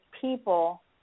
people